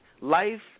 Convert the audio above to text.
life